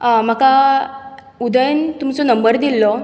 हां म्हाका उदयन तुमचो नंबर दिल्लो